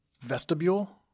vestibule